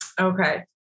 Okay